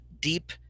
deep